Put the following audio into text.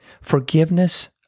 forgiveness